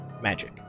magic